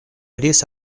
лиц